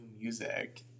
music